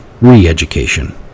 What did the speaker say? re-education